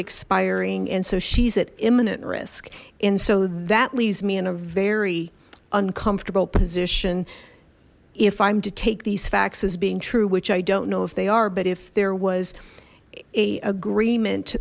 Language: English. expiring and so she's at imminent risk and so that leaves me in a very uncomfortable position if i'm to take these facts as being true which i don't know if they are but if there was a agreement